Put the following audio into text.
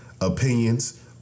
opinions